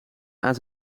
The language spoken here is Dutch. aan